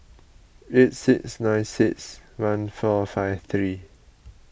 eight six nine six one four five three